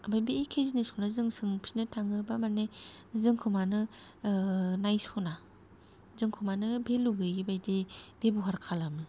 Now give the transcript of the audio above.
आमफाय बे एखे जिनिसखौ नो जों सोंफिननो थाङोबा माने जोंखौ मानो नायस'ना जोंखौ मानो भेलु गैयै बायदि बेब'हार खालामो